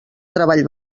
treball